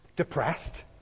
depressed